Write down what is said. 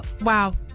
Wow